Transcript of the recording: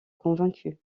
convaincu